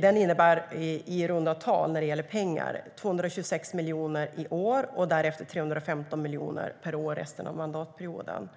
Den innebär i pengar i runda tal 226 miljoner i år och därefter 315 miljoner per år resten av mandatperioden.